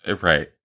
Right